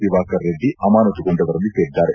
ದಿವಾಕರ್ ರೆಡ್ಡಿ ಅಮಾನತ್ತುಗೊಂಡರಲ್ಲಿ ಸೇರಿದ್ದಾರೆ